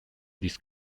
these